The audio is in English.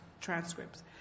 transcripts